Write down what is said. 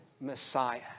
Messiah